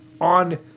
on